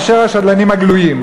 יותר מאשר השדלנים הגלויים.